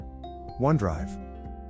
onedrive